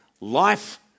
life